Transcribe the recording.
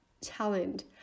talent